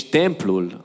templul